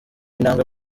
intambwe